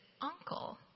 uncle